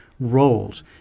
roles